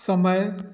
समय